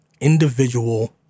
individual